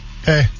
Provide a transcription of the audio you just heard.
Hey